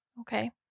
Okay